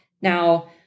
Now